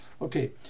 Okay